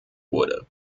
wurde